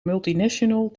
multinational